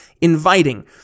inviting